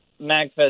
MagFest